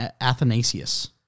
Athanasius